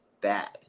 bad